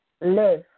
live